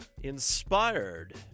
inspired